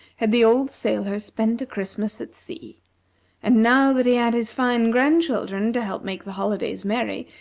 had the old sailor spent a christmas at sea and now that he had his fine grandchildren to help make the holidays merry,